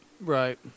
Right